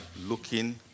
looking